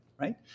Right